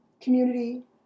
Community